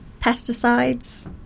pesticides